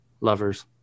Lovers